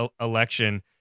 election